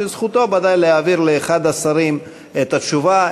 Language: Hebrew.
שזכותו בוודאי להעביר לאחד השרים את התשובה.